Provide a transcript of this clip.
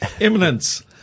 Eminence